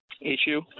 issue